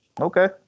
Okay